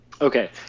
okay